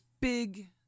big